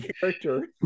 character